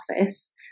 office